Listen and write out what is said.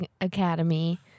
Academy